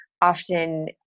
often